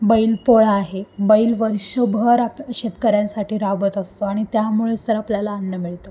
बैलपोळा आहे बैल वर्षभर आप शेतकऱ्यांसाठी राबत असतो आणि त्यामुळेच तर आपल्याला अन्न मिळतं